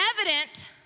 evident